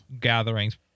gatherings